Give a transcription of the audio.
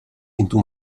into